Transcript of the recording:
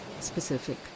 specific